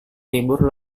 libur